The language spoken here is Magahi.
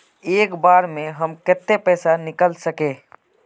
एक बार में हम केते पैसा निकल सके?